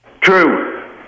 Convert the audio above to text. True